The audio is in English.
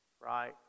Right